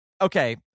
okay